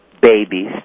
babies